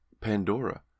Pandora